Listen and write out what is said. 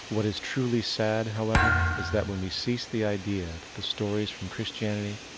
what is truly sad however, is that when we cease the idea that the stories from christianity,